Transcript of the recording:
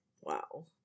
Wow